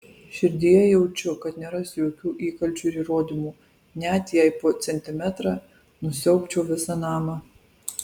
širdyje jaučiu kad nerasiu jokių įkalčių ir įrodymų net jei po centimetrą nusiaubčiau visą namą